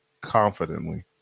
confidently